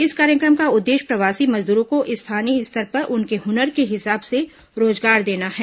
इस कार्यक्रम का उद्देश्य प्रवासी मजदूरों को स्थानीय स्तर पर उनके हुनर के हिसाब से रोजगार देना है